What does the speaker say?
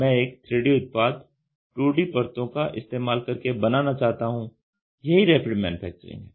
मैं एक 3D उत्पाद 2D परतो का इस्तेमाल करके बनाना चाहता हूं यही रैपिड मैन्युफैक्चरिंग है